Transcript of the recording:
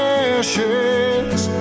ashes